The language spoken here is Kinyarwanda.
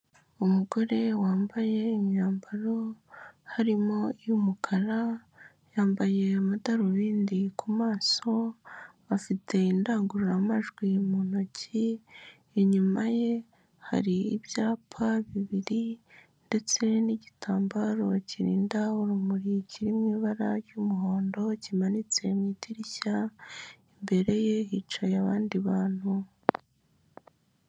Umugore wambaye imyambaro harimo iy'umukara, yambaye amadarubindi ku maso, afite indangururamajwi mu ntoki, inyuma ye hari ibyapa bibiri ndetse n'igitambaro kirinda urumuri kiri mu ibara ry'umuhondo kimanitse mu idirishya imbere ye hicaye abandi bantu.